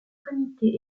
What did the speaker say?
comités